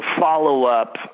follow-up